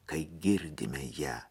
kai girdime ją